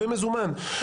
במזומן,